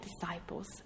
disciples